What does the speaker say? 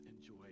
enjoy